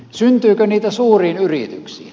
syntyykö niitä suuriin yrityksiin